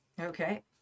Okay